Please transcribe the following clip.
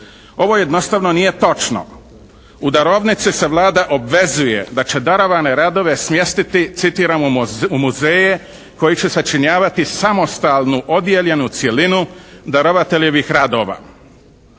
ovo jednostavno nije točno. U darovnici se Vlada obvezuje da će darovane radove smjestiti, citiram "u muzeje koji će sačinjavati samostalnu odijeljenu cjelinu darovateljevih radova".